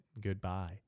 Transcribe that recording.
goodbye